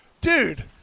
dude